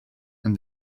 and